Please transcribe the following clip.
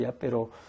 pero